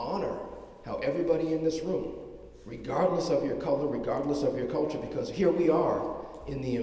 how everybody in this room regardless of your culture regardless of your culture because here we are in the